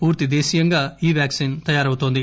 పూర్తి దేశీయంగా ఈ వ్యాక్సిన్ తయారు అవుతుంది